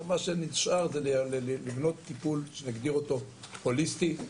אז מה שנשאר זה לבנות טיפול שנגדיר אותו הוליסטי,